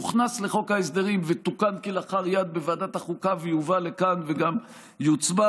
מוכנס לחוק ההסדרים ותוקן כלאחר יד בוועדת החוקה ויובא לכאן וגם יוצבע.